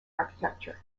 architecture